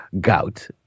gout